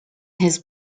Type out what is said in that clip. his